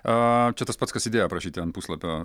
aaa čia tas pats kas idėją parašyti ant puslapio